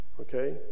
okay